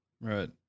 Right